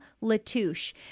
Latouche